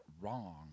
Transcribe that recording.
wrong